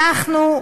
אנחנו,